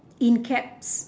in caps